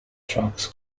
tracks